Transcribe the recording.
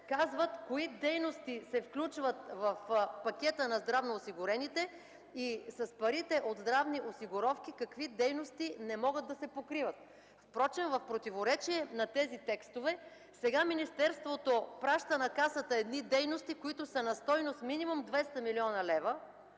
казват кои дейности се включват в пакета на здравноосигурените и с парите от здравни осигуровки какви дейности не могат да се покриват. Впрочем в противоречие на тези текстове сега министерството праща на Касата едни дейности, които са на стойност минимум 200 млн. лв.